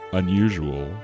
unusual